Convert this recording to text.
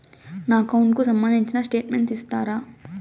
నా అకౌంట్ కు సంబంధించిన స్టేట్మెంట్స్ ఇస్తారా